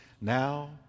Now